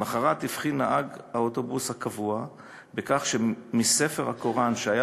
למחרת הבחין נהג האוטובוס הקבוע בכך שמספר הקוראן שהיה